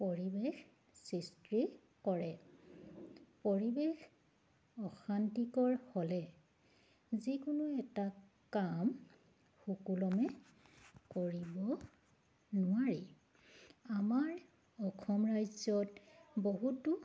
পৰিৱেশ সৃষ্টি কৰে পৰিৱেশ অশান্তিকৰ হ'লে যিকোনো এটা কাম সুকলমে কৰিব নোৱাৰি আমাৰ অসম ৰাজ্যত বহুতো